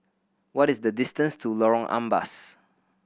what is the distance to Lorong Ampas